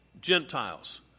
Gentiles